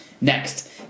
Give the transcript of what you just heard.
next